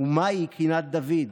ומהי קינת דוד,